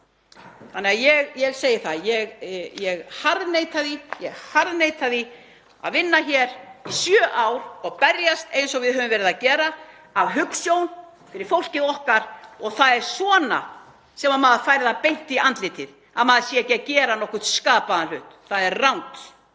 þannig að ég harðneita því að vinna hér í sjö ár og berjast eins og við höfum verið að gera af hugsjón fyrir fólkið okkar og það er svona sem maður fær það beint í andlitið, að maður sé ekki að gera nokkurn skapaðan hlut. Það er rangt.